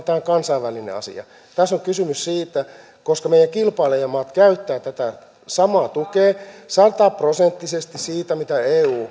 kansainvälinen asia tässä on kysymys siitä että meidän kilpailijamaat käyttävät tätä samaa tukea sata prosenttisesti siitä mitä eu